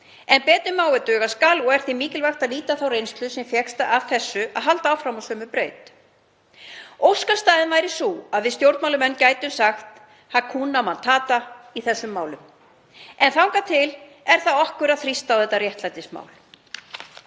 En betur má ef duga skal og er því mikilvægt að nýta þá reynslu sem fékkst af þessu, að halda áfram á sömu braut. Óskastaðan væri sú að við stjórnmálamenn gætum sagt „hakúna matata“ í þessum málum, en þangað til er það okkar að þrýsta á þetta réttlætismál.